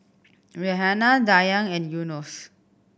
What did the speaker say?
Raihana Dayang and Yunos